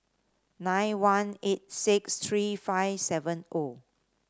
nine one eight six three five seven O